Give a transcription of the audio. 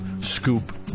scoop